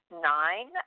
nine